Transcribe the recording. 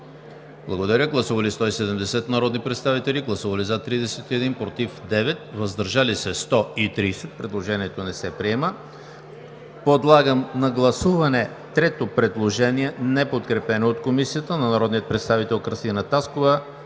Гласували 170 народни представители: за 31, против 9, въздържали се 130. Предложението не се приема. (Шум и реплики.) Подлагам на гласуване трето предложение, неподкрепено от Комисията, на народния представител Кръстина Таскова